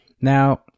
Now